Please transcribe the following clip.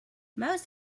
most